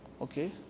Okay